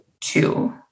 two